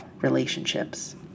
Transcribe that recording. relationships